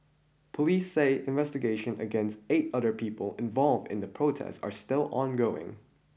police say investigations against eight other people involved in the protest are still ongoing